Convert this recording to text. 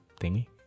thingy